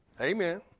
Amen